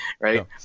right